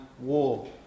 war